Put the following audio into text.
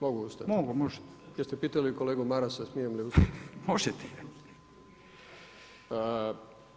Mogu ustati? [[Upadica Radin: Možete.]] Jeste pitali kolegu Marasa mogu li ustati [[Upadica Radin: Možete.]]